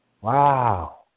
Wow